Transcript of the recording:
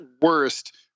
worst